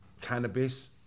cannabis